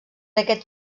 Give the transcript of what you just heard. aquest